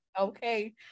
okay